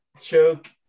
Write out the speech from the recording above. choke